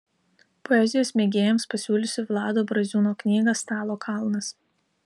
poezijos mėgėjams pasiūlysiu vlado braziūno knygą stalo kalnas